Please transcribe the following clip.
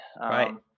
Right